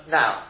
now